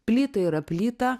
plyta yra plyta